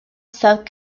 sub